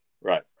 Right